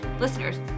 listeners